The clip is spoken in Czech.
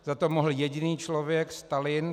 Za to mohl jediný člověk Stalin.